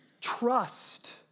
trust